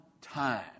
time